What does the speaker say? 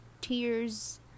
tears